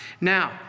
Now